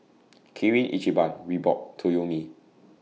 Kirin Ichiban Reebok Toyomi